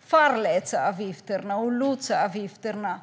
farledsavgifterna och lotsavgifterna.